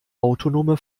autonome